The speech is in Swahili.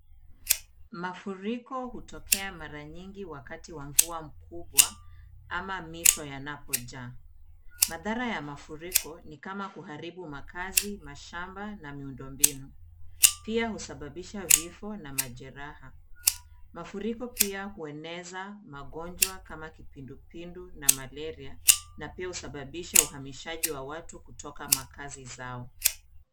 Mafuriko hutokea mara nyingi wakati wa mvua mkubwa ama mito yanapojaa. Madhara ya mafuriko ni kama kuharibu makazi, mashamba na miundo mbinu. Pia husababisha vifo na majeraha. Mafuriko pia hueneza magonjwa kama kipindupindu na malaria na pia husababisha uhamishaji wa watu kutoka makazi zao.